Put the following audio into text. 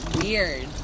weird